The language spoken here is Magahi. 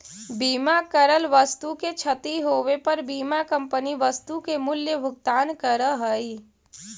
बीमा करल वस्तु के क्षती होवे पर बीमा कंपनी वस्तु के मूल्य भुगतान करऽ हई